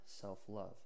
self-love